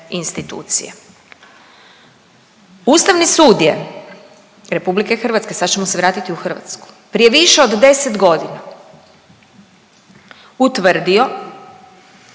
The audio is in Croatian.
Ustavni sud je RH, sad ćemo se vratiti u Hrvatsku, prije više od 10.g. utvrdio